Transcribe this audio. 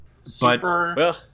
Super